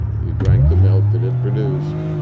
you drank the milk that it produced,